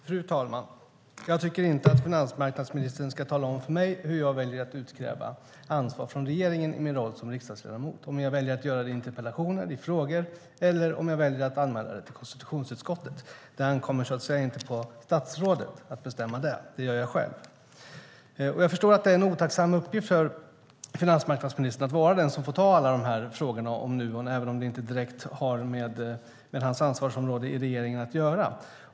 Fru talman! Jag tycker inte att finansmarknadsministern ska tala om för mig hur jag ska välja att utkräva ansvar från regeringen i min roll som riksdagsledamot. Det är jag själv som bestämmer om jag väljer att göra det i interpellationer, i frågor eller genom att anmäla det till konstitutionsutskottet. Det ankommer inte på statsrådet att bestämma det. Det gör jag själv. Jag förstår att det är en otacksam uppgift för finansmarknadsministern att vara den som får ta alla de här frågorna om Nuon även om de inte direkt har med hans ansvarsområde i regeringen att göra.